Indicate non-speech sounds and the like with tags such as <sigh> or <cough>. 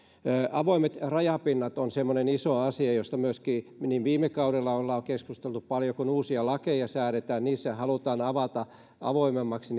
avoimet rajapinnat on semmoinen iso asia josta myöskin viime kaudella ollaan keskusteltu paljon kun uusia lakeja säädetään niin niissähän halutaan avata rajapintoja avoimemmaksi <unintelligible>